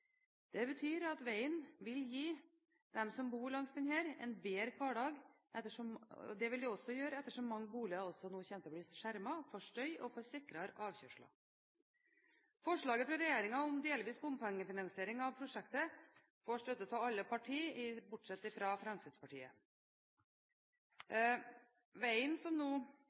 Det betyr at det vil gi dem som bor langs denne veien en bedre hverdag også ettersom mange boliger nå kommer til å bli skjermet for støy og får sikrere avkjørsler. Forslaget fra regjeringen om delvis bompengefinansiering av prosjektet får støtte fra alle parti, bortsett fra Fremskrittspartiet.